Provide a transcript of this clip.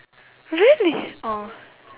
really orh